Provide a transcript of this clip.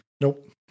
Nope